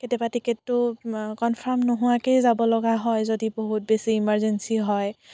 কেতিয়াবা টিকেটটো কনফাৰ্ম নোহাৱাকৈয়ে যাব লগা হয় যদি বহুত বেছি ইমাৰজেঞ্চী হয়